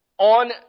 On